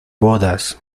bodas